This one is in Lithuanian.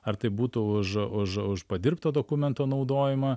ar tai būtų už už už padirbto dokumento naudojimą